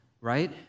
right